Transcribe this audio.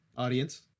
Audience